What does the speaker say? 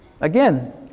Again